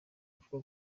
mvuga